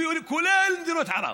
כולל מדינות ערב,